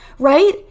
right